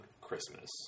Christmas